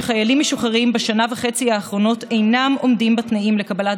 שחיילים משוחררים בשנה וחצי האחרונות אינם עומדים בתנאים לקבלת